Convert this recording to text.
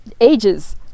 ages